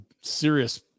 serious